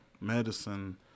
medicine –